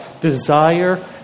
desire